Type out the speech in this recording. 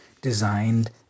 designed